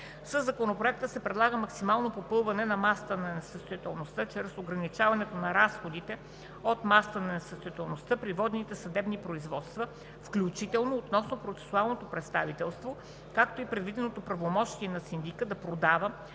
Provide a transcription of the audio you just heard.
Със Законопроекта се предлага максимално попълване на масата на несъстоятелността чрез ограничаването на разходите от масата на несъстоятелността при водените съдебни производства, включително относно процесуалното представителство, както и предвиденото правомощие на синдика да продава